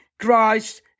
Christ